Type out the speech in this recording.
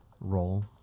role